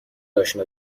اشنا